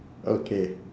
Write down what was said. okay